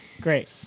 great